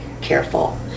careful